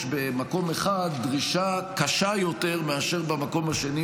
במקום אחר דרישה קשה יותר מאשר במקום השני,